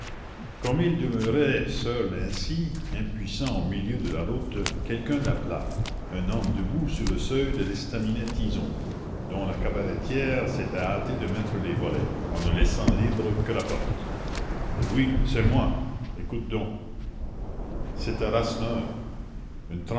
comme il demeurait seul ainsi impuissant au milieu de la route quelqu'un l'appela un homme debout sur le seuil de l'estaminet tison dont la cabaretière s'était hâtée de mettre les volets en ne laissant libre que la porte oui c'est moi écoute donc c'était rasseneur une